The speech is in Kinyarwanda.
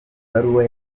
ibaruwa